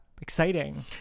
exciting